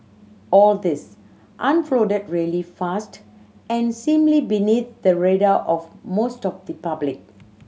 all this unfolded really fast and seemingly beneath the radar of most of the public